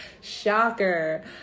shocker